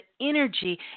energy